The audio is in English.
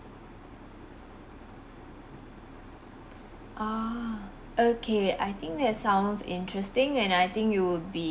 uh okay I think that sounds interesting and I think it will be